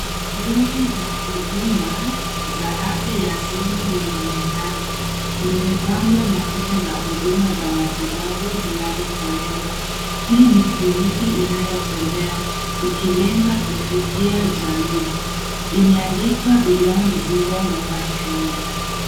Lori la huduma za afya ya simu linaonekana; limepambwa na picha za huduma za matibabu zinazotolewa. Hii ni kliniki inayotembea ikilenga kufikia jamii. Imeandikwa Beyond Zero mobile Clinic .